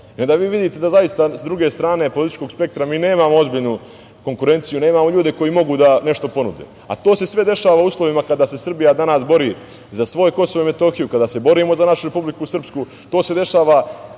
vlast. Onda vi vidite da zaista s druge strane političkog spektra mi nemamo ozbiljnu konkurenciju, nemamo ljude koji mogu da nešto ponude. To se sve dešava u uslovima kada se Srbija danas bori za svoju Kosovo i Metohiju, kada se borimo za našu Republiku Srpsku. To se dešava